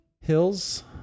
hills